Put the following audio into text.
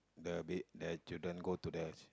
the ba~ the children go to the